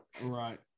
right